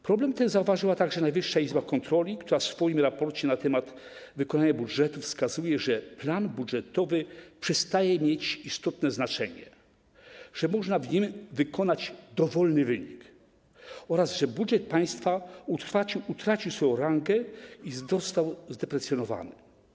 Problem ten zauważyła także Najwyższa Izba Kontroli, która w swoim raporcie na temat wykonania budżetu wskazuje, że plan budżetowy przestaje mieć istotne znaczenie, że można w nim wykonać dowolny wynik oraz że budżet państwa utracił swoją rangę i został zdeprecjonowany.